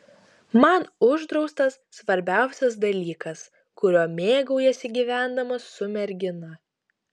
man uždraustas svarbiausias dalykas kuriuo mėgaujiesi gyvendamas su mergina